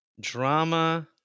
drama